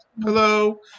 hello